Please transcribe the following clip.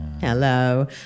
Hello